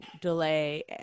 delay